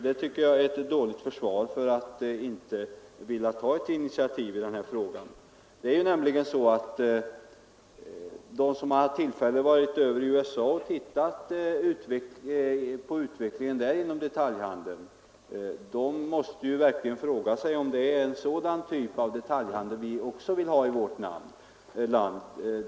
Detta tycker jag är ett dåligt försvar för att inte vilja ta ett initiativ i den här frågan. De som haft tillfälle att studera utvecklingen inom detaljhandeln i USA måste ju fråga sig om det är en sådan typ av detaljhandel vi vill ha också i vårt land.